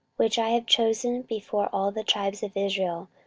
which i have chosen before all the tribes of israel,